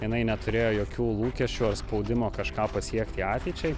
jinai neturėjo jokių lūkesčių ar spaudimo kažką pasiekti ateičiai